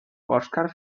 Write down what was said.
oscar